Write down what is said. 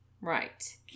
right